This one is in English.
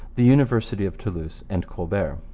the university of toulouse, and colbert.